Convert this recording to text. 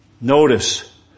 Notice